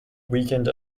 weekend